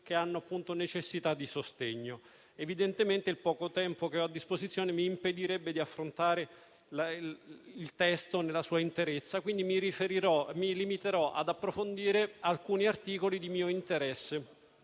che hanno necessità di sostegno. Evidentemente il poco tempo che ho a disposizione mi impedirebbe di affrontare il testo nella sua interezza, quindi mi limiterò ad approfondire alcuni articoli di mio interesse,